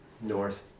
north